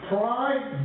Pride